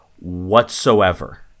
whatsoever